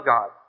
God